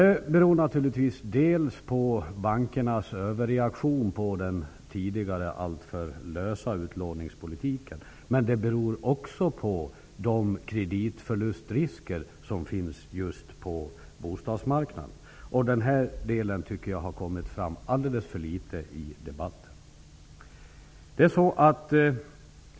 Det beror naturligtvis dels på bankernas överreaktion på den tidigare alltför lösa utlåningspolitiken, men det beror också på de kreditförlustrisker som finns just på bostadsmarknaden. Detta faktum har kommit fram alldeles för litet i debatten.